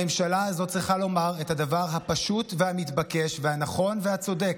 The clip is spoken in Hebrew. הממשלה הזאת צריכה לומר את הדבר הפשוט והמתבקש והנכון והצודק: